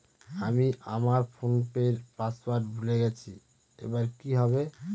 আমি আমার ফোনপের পাসওয়ার্ড ভুলে গেছি এবার কি হবে?